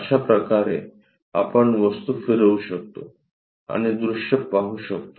अशाप्रकारे आपण वस्तू फिरवू शकतो आणि दृश्य पाहू शकतो